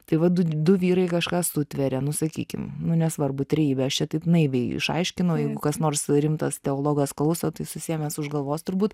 tai va du du vyrai kažką sutveria nusakykime nu nesvarbu trejybę aš čia taip naiviai išaiškino jeigu kas nors rimtas teologas klauso o tai susiėmęs už galvos turbūt